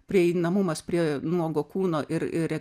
prieinamumas prie nuogo kūno ir ir